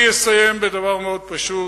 אני אסיים בדבר מאוד פשוט.